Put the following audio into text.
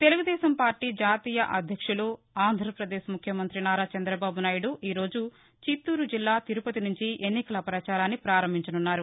Telugu Desam party జాతీయ అధ్యక్షులు ఆంధ్రప్రదేశ్ ముఖ్యమంతి నారా చంద్రబాబు నాయుడు ఈరోజు చిత్తూరు జిల్లా తిరుపతి సుంచి ఎన్నికల ప్రచారాన్ని ప్రారంభించనున్నారు